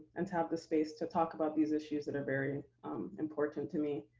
and to have the space to talk about these issues that are very important to me.